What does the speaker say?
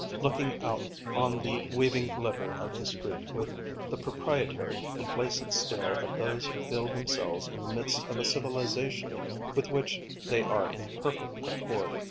looking out on the weaving glitter of the street with the proprietary, complacent stare of those who feel themselves in the midst of a civilization with which they are in perfect accord.